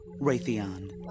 Raytheon